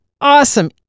awesome